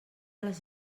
les